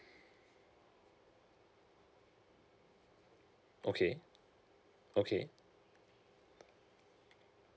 okay okay